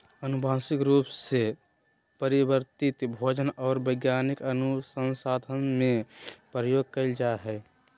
आनुवंशिक रूप से परिवर्तित भोजन और वैज्ञानिक अनुसन्धान में प्रयोग कइल जा हइ